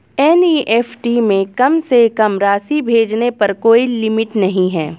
NEFT में कम से कम राशि भेजने पर कोई लिमिट नहीं है